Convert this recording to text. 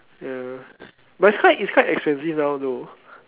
ya but it's quite it's quite expensive now though